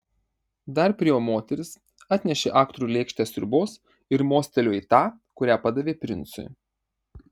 dar priėjo moteris atnešė aktoriui lėkštę sriubos ir mostelėjo į tą kurią padavė princui